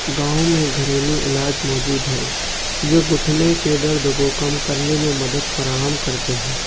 گاؤں میں گھریلو علاج موجود ہیں جو گھٹنے کے درد کو کم کرنے میں مدد فراہم کرتے ہیں